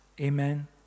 Amen